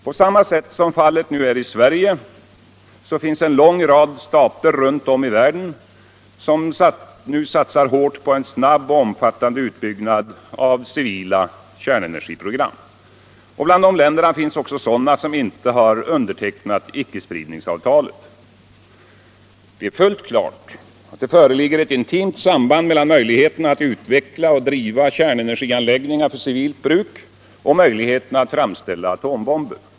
På samma sätt som fallet nu är i Sverige satsar man i en lång rad stater runt om i världen hårt på en snabb och omfattande uppbyggnad av civila kärnenergiprogram. Bland de länderna finns också sådana som inte har undertecknat icke-spridningsavtalet. Allmänpolitisk debatt Allmänpolitisk debatt Det är fullt klart att det föreligger ett intimt samband mellan möjligheterna att utveckla och driva kärnenergianläggningar för civilt bruk och möjligheterna att framställa atombomber.